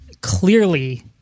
clearly